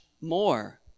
more